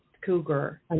cougar